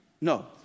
No